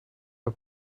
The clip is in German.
der